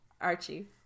Archie